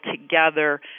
together